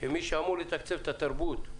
כמי שאמור לתקצב את התרבות,